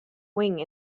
wing